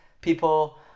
people